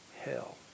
hell